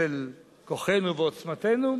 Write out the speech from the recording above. של כוחנו ועוצמתנו,